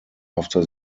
after